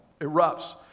erupts